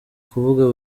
kuvuga